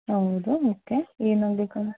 ಹೌದಾ ಓಕೆ ಏನು ಆಗ್ಬೇಕಾಗಿತ್ತು